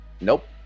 Nope